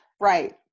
right